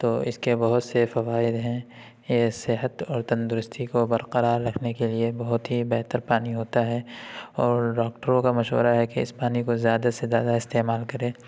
تو اس کے بہت سے فوائد ہیں یہ صحت اور تندرستی کو برقرار رکھنے کے لیے بہت ہی بہتر پانی ہوتا ہے اور ڈاکٹروں کا مشورہ ہے کہ اس پانی کو زیادہ سے زیادہ استعمال کریں